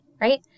Right